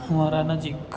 અમારાં નજીક